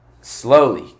Slowly